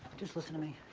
just listen to me?